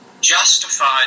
justified